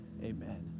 amen